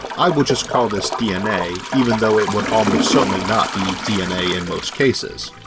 i will just call this dna even though it would almost certainly not be dna in most cases.